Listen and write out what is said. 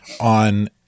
on